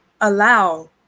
allow